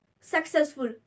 successful